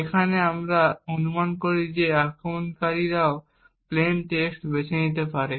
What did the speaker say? যেখানে আমরা অনুমান করি যে আক্রমণকারীও প্লেইন টেক্সট বেছে নিতে পারে